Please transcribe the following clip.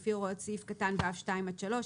לפי הוראות סעיף קטן (ו)(2) או (3),